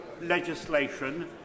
legislation